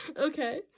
okay